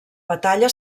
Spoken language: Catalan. batalla